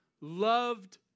loved